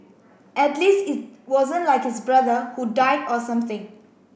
at least it wasn't like his brother who died or something